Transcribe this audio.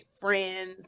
friends